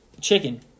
chicken